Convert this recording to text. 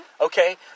okay